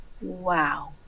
Wow